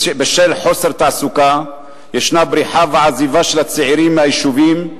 בשל חוסר תעסוקה יש בריחה ועזיבה של הצעירים מהיישובים.